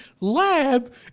Lab